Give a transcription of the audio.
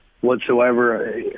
whatsoever